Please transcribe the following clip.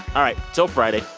all right, till friday,